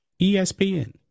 ESPN